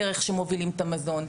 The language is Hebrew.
בדרך שמובילים את המזון.